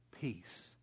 peace